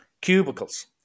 Cubicles